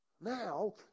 Now